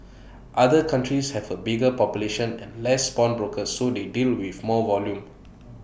other countries have A bigger population and less pawnbrokers so they deal with more volume